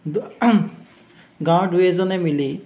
দু গাঁৱৰ দুই এজনে মিলি